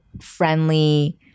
friendly